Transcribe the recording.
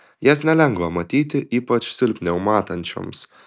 jas nelengva matyti ypač silpniau matančioms